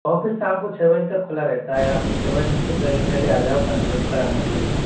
office शाम को छह बजे तक खुला रहता है आप छह बजे से पहले पहले आ जाओ कंफर्म कराने के लिए